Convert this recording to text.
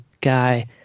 guy